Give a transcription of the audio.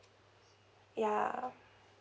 ya